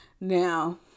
Now